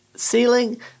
ceiling